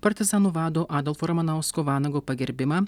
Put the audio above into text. partizanų vado adolfo ramanausko vanago pagerbimą